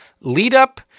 lead-up